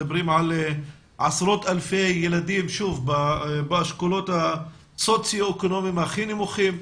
מדברים על עשרות אלפי ילדים באשכולות הסוציואקונומיים הכי נמוכים.